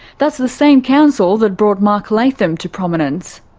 that's the same council that brought mark latham to prominence.